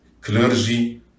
clergy